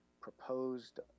proposed